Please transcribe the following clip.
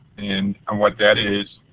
and and what that is,